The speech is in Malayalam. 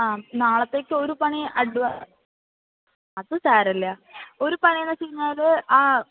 ആ നാളെത്തേക്ക് ഒരു പണി അത് സാരമില്ല ഒരു പണിയെന്നു വെച്ച് കഴിഞ്ഞാല് ആ